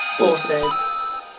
Authors